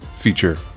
Feature